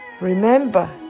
Remember